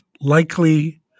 likely